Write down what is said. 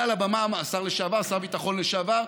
השר לשעבר, שר הביטחון לשעבר.